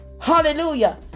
Hallelujah